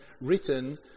written